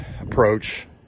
approach